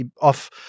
off